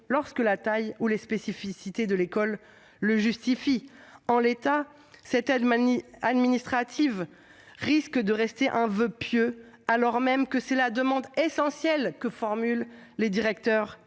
lorsque la taille ou les spécificités de l'école le justifient. En l'état, cette assistance administrative risque de demeurer un voeu pieux alors même qu'elle est la demande essentielle que formulent les directeurs